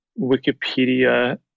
Wikipedia